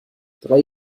drei